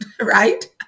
right